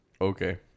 Okay